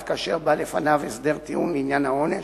כאשר בא לפניו הסדר טיעון לעניין העונש,